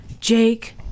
Jake